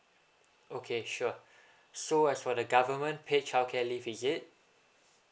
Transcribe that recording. okay sure so is for the government paid childcare leave is it